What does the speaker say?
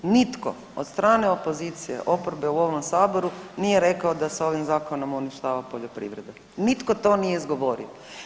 Nitko od strane opozicije oporbe u ovom Saboru nije rekao da se ovim zakonom uništava poljoprivreda, nitko to nije izgovorio.